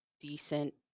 decent